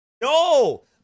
No